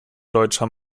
deutscher